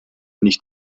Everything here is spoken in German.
nicht